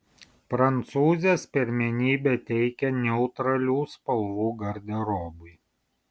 prancūzės pirmenybę teikia neutralių spalvų garderobui